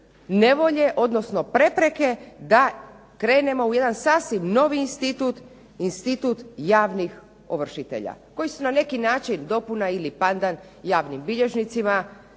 koje su prepreke da krenemo u sasvim jedan novi institut, institut javnih ovršitelja, koji su na neki način dopuna ili pandan javnim bilježnicima,